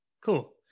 Cool